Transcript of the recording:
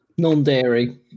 non-dairy